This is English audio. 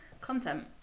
Content